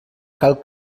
cal